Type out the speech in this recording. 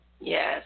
Yes